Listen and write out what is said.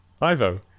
Ivo